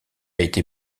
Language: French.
été